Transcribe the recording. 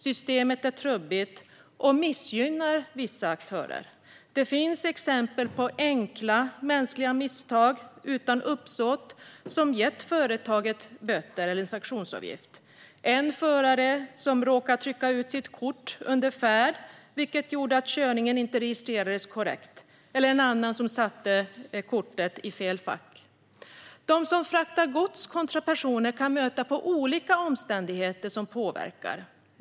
Systemet är trubbigt och missgynnar vissa aktörer. Det finns exempel på enkla mänskliga misstag utan uppsåt som gett företaget böter eller en sanktionsavgift. En förare råkade trycka ut sitt kort under färd, vilket gjorde att körningen inte registrerades korrekt. En annan satte kortet i fel fack. De som fraktar gods respektive personer kan stöta på olika omständigheter som påverkar det hela.